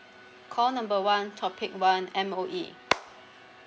call number one topic one M_O_E